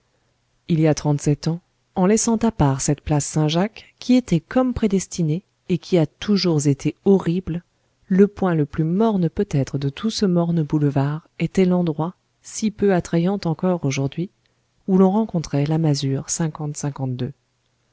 il y a trente-sept ans en laissant à part cette place saint-jacques qui était comme prédestinée et qui a toujours été horrible le point le plus morne peut-être de tout ce morne boulevard était l'endroit si peu attrayant encore aujourd'hui où l'on rencontrait la masure